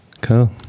Cool